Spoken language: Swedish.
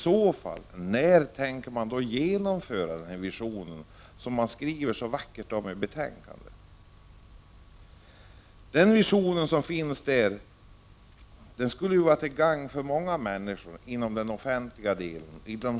När tänker man i så fall se till att de visioner som man skriver så vackert om i betänkandet blir verklighet? Dessa visioner skulle, om de blev verklighet, vara till gagn för många människor inom den offentliga verksamheten.